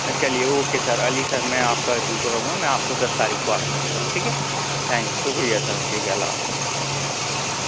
چلیے okay sir Ali sir میں آپ کا بالکل رہوں گا میں آپ کو دس تاریخ کو آکے ملتا ہوں ٹھیک ہے تھینک شُکریہ سر ٹھیک ہے اللہ حافظ